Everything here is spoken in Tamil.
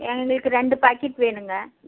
எங்களுக்கு ரெண்டு பேக்கெட் வேணும்ங்க